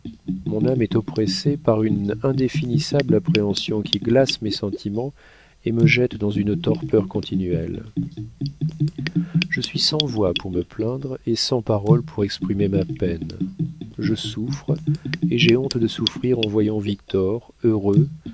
mon âme est oppressée par une indéfinissable appréhension qui glace mes sentiments et me jette dans une torpeur continuelle je suis sans voix pour me plaindre et sans paroles pour exprimer ma peine je souffre et j'ai honte de souffrir en voyant victor heureux